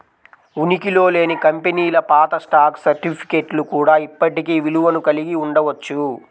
ఉనికిలో లేని కంపెనీల పాత స్టాక్ సర్టిఫికేట్లు కూడా ఇప్పటికీ విలువను కలిగి ఉండవచ్చు